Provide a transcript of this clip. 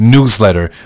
Newsletter